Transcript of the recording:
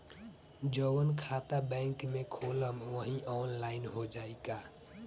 जवन खाता बैंक में खोलम वही आनलाइन हो जाई का?